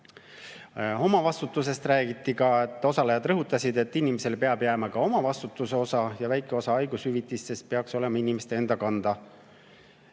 Omavastutusest räägiti ka. Osalejad rõhutasid, et inimesele peab jääma ka omavastutuse osa ja väike osa peaks olema inimeste enda kanda.